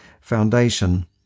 Foundation